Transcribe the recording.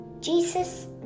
Jesus